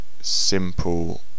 simple